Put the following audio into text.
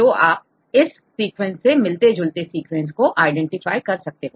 तो आप इस सीक्वेंस से मिलते जुलते सीक्वेंस को आईडेंटिफाई कर सकते हो